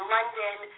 London